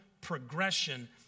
progression